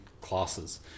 Classes